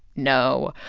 no.